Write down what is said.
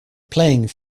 playing